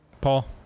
Paul